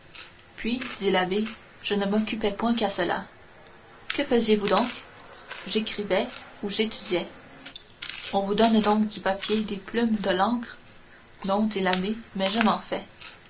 puis dit l'abbé je ne m'occupais point qu'à cela que faisiez-vous donc j'écrivais ou j'étudiais on vous donne donc du papier des plumes de l'encre non dit l'abbé mais je m'en fais